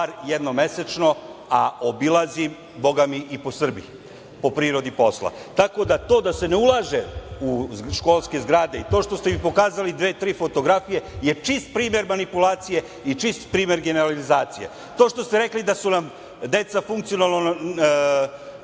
jednom mesečno, a obilazim, bogami, i po Srbiji, po prirodi posla. Tako da, to da se ne ulaže u školske zgrade i to što ste mi pokazali dve, tri fotografije je čist primer manipulacije i čist primer generalizacije. To što ste rekli da su nam deca funkcionalno